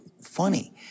funny